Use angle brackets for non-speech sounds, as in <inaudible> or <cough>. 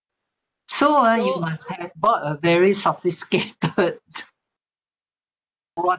so ah you must have bought a very sophisticated <laughs>